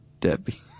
Debbie